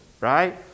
right